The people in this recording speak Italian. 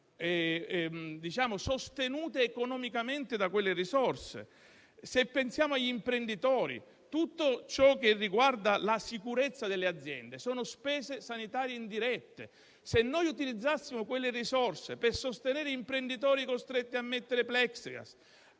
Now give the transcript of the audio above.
sostenute economicamente da quelle risorse. Se pensiamo agli imprenditori, tutto ciò che riguarda la sicurezza delle aziende, sono spese sanitarie indirette. Se noi utilizzassimo quelle risorse per sostenere imprenditori costretti a mettere *plexiglass*,